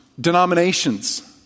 Denominations